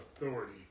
authority